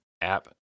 app